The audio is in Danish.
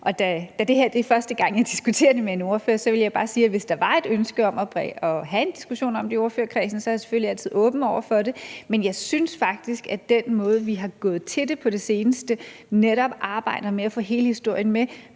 Og da det her er første gang, jeg diskuterer det med en ordfører, vil jeg bare sige, at hvis der er et ønske om at have en diskussion om det i ordførerkredsen, så er jeg selvfølgelig altid åben over for det. Men jeg synes faktisk, at den måde, vi er gået til det på på det seneste, netop arbejder med at få hele historien med,